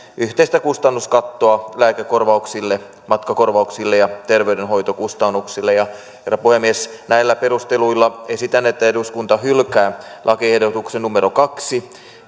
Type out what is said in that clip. yhteistä kustannuskattoa lääkekorvauksille matkakorvauksille ja terveydenhoitokustannuksille herra puhemies näillä perusteluilla esitän että eduskunta hylkää lakiehdotuksen kaksi